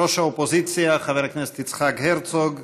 ראש האופוזיציה חבר הכנסת יצחק הרצוג,